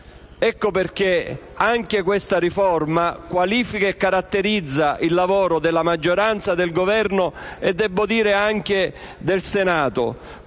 Ecco perché anche questa riforma qualifica e caratterizza il lavoro della maggioranza, del Governo e debbo dire anche del Senato.